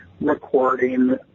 recording